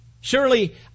Surely